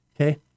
Okay